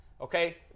okay